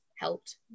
helped